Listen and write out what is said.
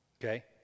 Okay